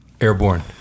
Airborne